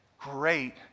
great